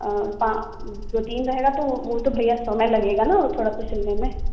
पा दो तीन रहेगा तो वो तो भैया समय लगेगा ना वो थोड़ा सा सिलने में